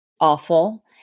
awful